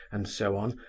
and so on,